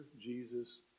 Jesus